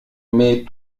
met